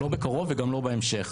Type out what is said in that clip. לא בקרוב וגם לא בהמשך.